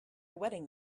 wedding